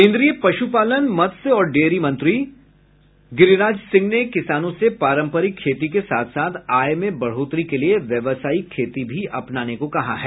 केन्द्रीय पश्पालन मत्स्य और डेयरी मंत्री गिरिराज सिंह ने किसानों से पारंपरिक खेती के साथ साथ आय में बढ़ोतरी के लिए व्यावसायिक खेती भी अपनाने को कहा है